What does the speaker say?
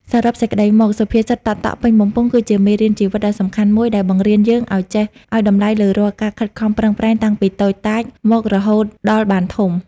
សរុបសេចក្តីមក សុភាសិត តក់ៗពេញបំពង់ គឺជាមេរៀនជីវិតដ៏សំខាន់មួយ ដែលបង្រៀនយើងឱ្យចេះ ឱ្យតម្លៃលើរាល់ការខិតខំប្រឹងប្រែងតាំងពីតូចតាចមករហូតដល់បានធំ។